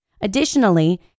Additionally